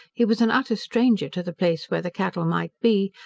he was an utter stranger to the place where the cattle might be,